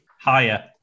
Higher